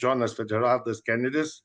džonas fidžeraldas kenedis